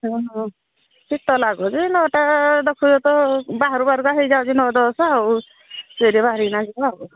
ହଁ ହଁ ଶୀତ ଲାଗୁଛି ଯେ ନଅଟା ଦେଖୁଛ ତ ବାହାରୁ ବାହାରୁକା ହେଇଯାଉଛି ନଅ ଦଶ ଆଉ ବାହରିକିନା ଯିବା ଆଉ